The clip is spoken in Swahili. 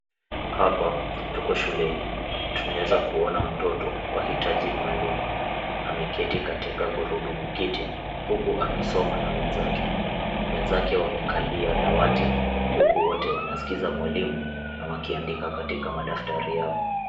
Hapa tuko shuleni. Tunaeza kuona mtoto wa hitaji maalum. Ameketi katika gurudumu kiti, huku akisoma na wenzake. Wenzake wamekalia dawati, huku wote wanaskiza mwalimu na wakiandika katika madaftari yao.